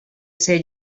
ser